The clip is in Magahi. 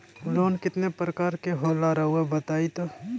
लोन कितने पारकर के होला रऊआ बताई तो?